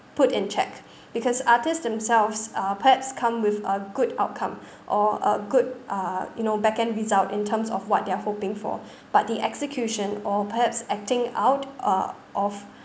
put in check because artists themselves uh perhaps come with a good outcome or a good uh you know back-end result in terms of what they're hoping for but the execution or perhaps acting out uh of